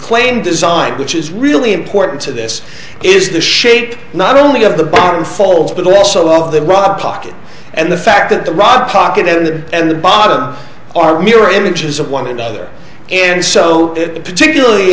plane design which is really important to this is the shape not only of the bottom falls but also of the rod pocket and the fact that the rod pocket in the end the bottom are mirror images of one another and so particularly